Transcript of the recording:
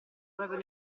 proprio